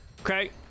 Okay